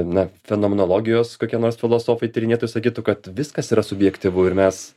na fenomenologijos kokie nors filosofai tyrinėtojai sakytų kad viskas yra subjektyvu ir mes